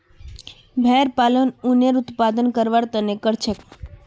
भेड़ पालन उनेर उत्पादन करवार तने करछेक